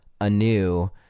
anew